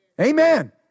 Amen